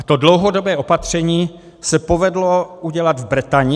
To dlouhodobé opatření se povedlo udělat v Bretani.